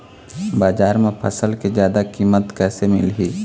बजार म फसल के जादा कीमत कैसे मिलही?